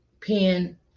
pen